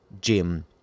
Jim